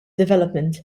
development